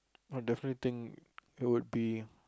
I would definitely it would be